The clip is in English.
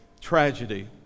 tragedy